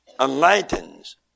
enlightens